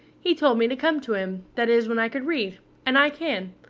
he told me to come to him that is, when i could read and i can.